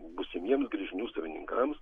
būsimiems gręžinių savininkams